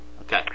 Okay